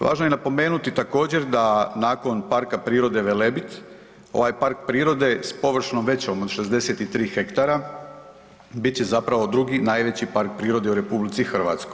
Važno je napomenuti, također, da nakon Parka prirode Velebit ovaj park prirode s površinom većom od 63 hektara bit će zapravo 2. najveći park prirode u RH.